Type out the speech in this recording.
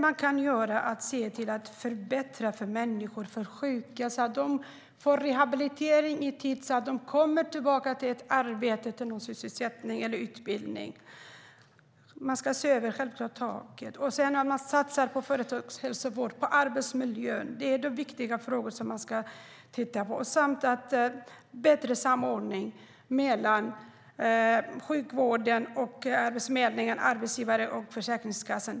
Man kan se till att förbättra för människor, för de sjuka, så att de får rehabilitering i tid och kommer tillbaka till ett arbete, till någon sysselsättning eller till utbildning. Man ska självklart se över taket och satsa på företagshälsovård och på arbetsmiljön. Man ska titta på de viktiga frågorna samt på bättre samordning mellan sjukvården, Arbetsförmedlingen, arbetsgivare och Försäkringskassan.